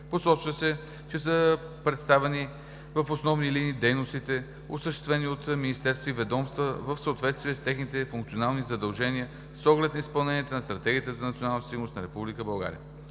Посочва се, че са представени в основни линии дейностите, осъществени от министерства и ведомства в съответствие с техните функционални задължения с оглед на изпълнението на Стратегията за национална сигурност на Република България.